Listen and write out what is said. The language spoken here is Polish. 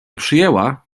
przyjęła